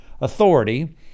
authority